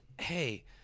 hey